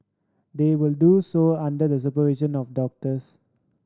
they will do so under the supervision of doctors